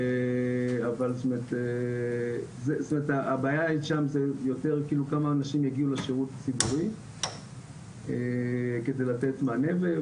אבל הבעיה שם היא יותר כמה אנשים יגיעו לשירות הציבורי כדי לתת מענה.